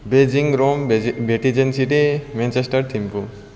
Beijing Rome भेजी Vatican city Manchester Thimphu